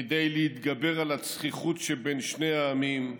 כדי להתגבר על הצחיחות שבין שני העמים,